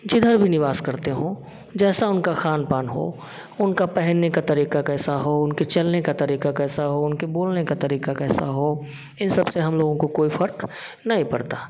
जिधर भी निवास करते हो जैसे उनका खान पान हो उनका पहनने का तरीक़ा कैसा हो उनके चलने का तरीक़ा कैसा हो उनके बोलने का तरीक़ा कैसा हो इन सबसे हम लोगों को फ़र्क़ नहीं पड़ता